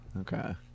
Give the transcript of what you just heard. Okay